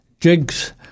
jigs